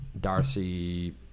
Darcy